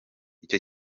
icyo